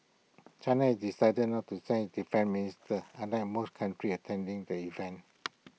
China has decided not to send its defence minister unlike most countries attending the event